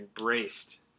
embraced